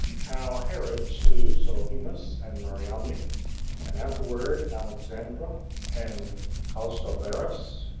how herod slew sohemus and mariamne and afterward alexandra and costobarus,